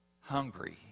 hungry